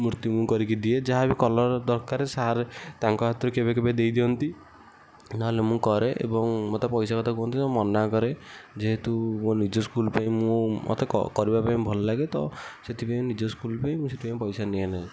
ମୂର୍ତ୍ତି ମୁଁ କରିକି ଦିଏ ଯାହାବି କଲର ଦରକାର ସାର୍ ତାଙ୍କ ହାତରୁ କେବେକେବେ ଦେଇ ଦିଅନ୍ତି ନହେଲେ ମୁଁ କରେ ଏବଂ ମତେ ପଇସା କଥା କୁହନ୍ତି ଯେ ମୁଁ ମନା କରେ ଯେହେତୁ ମୋ ନିଜ ସ୍କୁଲ ପାଇଁ ମୁଁ ମତେ କରିବା ପାଇଁ ଭଲ ଲାଗେ ତ ସେଥିପାଇଁ ନିଜ ସ୍କୁଲ ପାଇଁ ମୁଁ ସେଥିପାଇଁ ପଇସା ନିଏ ନାହିଁ